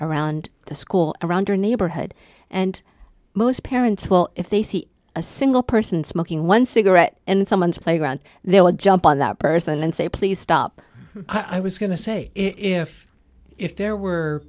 around the school around her neighborhood and most parents will if they see a single person smoking one cigarette and someone's playground they would jump on that person and say please stop i was going to say if if there were